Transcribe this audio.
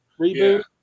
reboot